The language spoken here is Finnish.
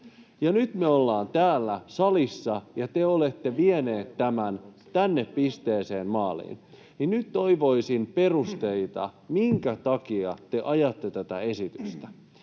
Nyt me olemme täällä salissa, ja te olette vieneet tämän tähän pisteeseen, maaliin. Nyt toivoisin perusteita, minkä takia te ajatte tätä esitystä.